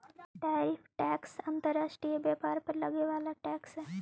tariff tax अंतर्राष्ट्रीय व्यापार पर लगे वाला टैक्स हई